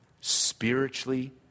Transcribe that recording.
spiritually